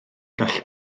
gall